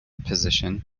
position